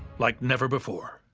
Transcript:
like never before.